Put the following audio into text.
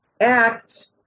act